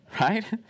right